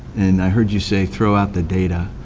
and i heard you say throw out the data.